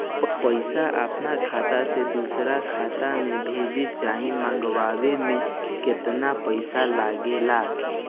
पैसा अपना खाता से दोसरा खाता मे भेजे चाहे मंगवावे में केतना पैसा लागेला?